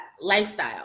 lifestyle